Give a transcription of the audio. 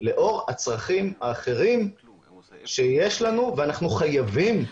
לאור הצרכים האחרים שיש לנו, ואנחנו חייבים לאכוף.